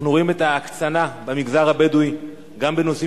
אנחנו רואים את ההקצנה במגזר הבדואי גם בנושאים